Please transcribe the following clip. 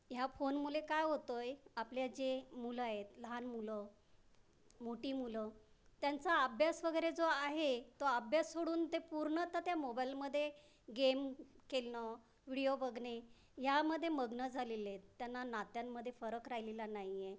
ह्या फोनमुळे काय होतं आहे आपले जे मुलं आहेत लहान मुलं मोठी मुलं त्यांचा अभ्यास वगैरे जो आहे तो अभ्यास सोडून ते पूर्ण तर त्या मोबाईलमध्ये गेम खेळणं व्हिडीओ बघणे ह्यामध्ये मग्न झालेले आहेत त्यांना नात्यांमध्ये फरक राहिलेला नाही आहे